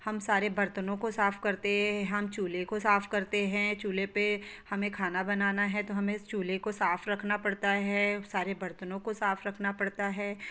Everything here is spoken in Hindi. हम सारे बर्तनों को साफ़ करते हम चूल्हे को साफ़ करते हैं चूल्हे पे हमें खाना बनाना है तो हम इस चूल्हे को साफ़ रखना पड़ता है सारे बर्तनों को साफ़ रखना पड़ता है